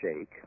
shake